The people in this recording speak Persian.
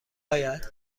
آید